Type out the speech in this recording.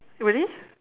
really